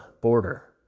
border